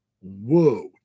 whoa